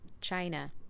China